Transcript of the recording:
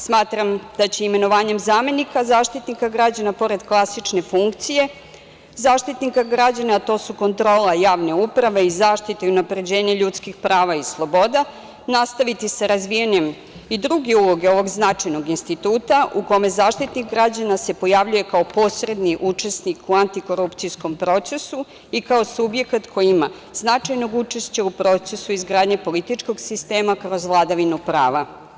Smatram da će imenovanjem zamenika Zaštitnika građana, pored klasične funkcije Zaštitnika građana, a to su kontrola javna uprave i zaštita i unapređenje ljudskih prava i sloboda, nastaviti sa razvijanjem i druge uloge ovog značajnog instituta, u kome Zaštitnik građana se pojavljuje kao posredni učesnik u antikorupcijskom procesu i kao subjekat koji ima značajnog učešća u procesu izgradnje političkog sistema kroz vladavinu prava.